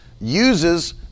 uses